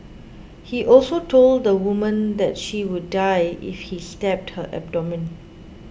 he also told the woman that she would die if he stabbed her abdomen